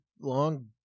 long